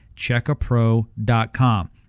Checkapro.com